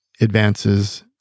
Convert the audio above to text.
advances